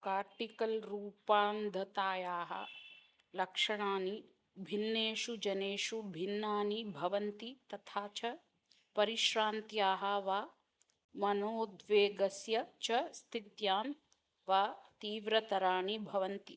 cortical रूपान्धतायाः लक्षणानि भिन्नेषु जनेषु भिन्नानि भवन्ति तथा च परिश्रान्त्याः वा मनोद्वेगस्य च स्थित्यां वा तीव्रतराणि भवन्ति